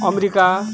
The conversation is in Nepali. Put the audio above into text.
अमेरिका